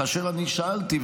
כאשר שאלתי,